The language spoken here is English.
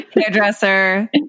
Hairdresser